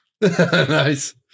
Nice